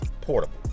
portable